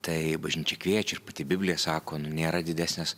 tai bažnyčia kviečia ir pati biblija sako nu nėra didesnės